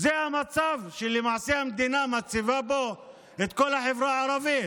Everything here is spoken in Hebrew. זה המצב שלמעשה המדינה מציבה בו את כל החברה הערבית,